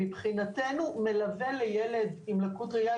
מבחינתנו מלווה לילד עם לקות ראייה,